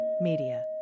Media